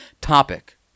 topic